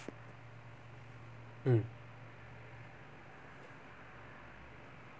mm